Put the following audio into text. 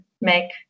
make